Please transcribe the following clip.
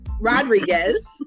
Rodriguez